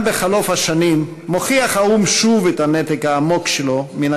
גם בחלוף השנים מוכיח האו"ם שוב את הנתק העמוק שלו מן